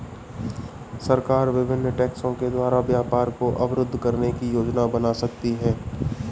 सरकार विभिन्न टैक्सों के द्वारा व्यापार को अवरुद्ध करने की योजना बना सकती है